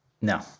No